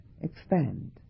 expand